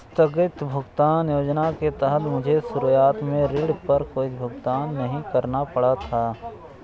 आस्थगित भुगतान योजना के तहत मुझे शुरुआत में ऋण पर कोई भुगतान नहीं करना पड़ा था